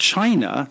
China